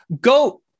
go